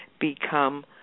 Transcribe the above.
become